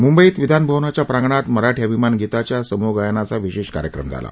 मुंबईत विधान भवनाच्या प्रांगणात मराठी अभिमान गीताच्या समूहगायनाचा विशेष कार्यक्रम झाला